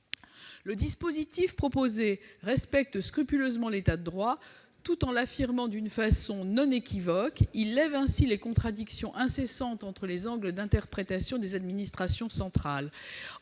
Le dispositif proposé respecte scrupuleusement l'état du droit, tout en l'affirmant d'une façon non équivoque. Il lève ainsi les contradictions incessantes entre les angles d'interprétation des administrations centrales